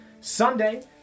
Sunday